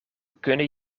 kunnen